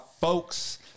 folks